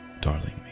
darling